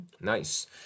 nice